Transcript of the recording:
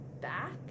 back